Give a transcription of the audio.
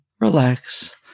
relax